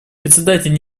председатель